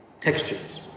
textures